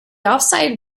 offside